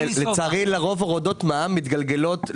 לצערי, לרוב, הורדות מע"מ מתגלגלות ליצרנים.